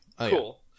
cool